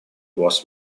was